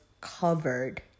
covered